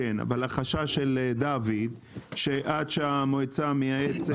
החשש של היושב-ראש הוא שעד שהמועצה המייעצת תיתן את המלצתה,